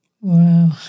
Wow